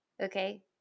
Okay